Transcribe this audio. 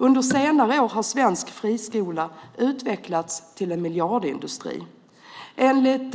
Under senare år har svensk friskola utvecklats till en miljardindustri. Enligt